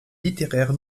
littéraire